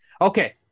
Okay